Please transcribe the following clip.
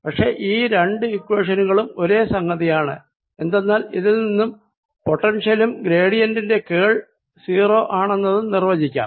പക്ഷെ ഈ രണ്ടു ഇക്വേഷനുകളും ഒരേ സംഗതിയാണ് എന്തെന്നാൽ ഇതിൽ നിന്നും നമുക്ക് പൊട്ടൻഷ്യലും ഗ്രേഡിയന്റിന്റെ കെൾ 0 അണെന്നതും നിർവചിക്കാം